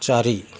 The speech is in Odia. ଚାରି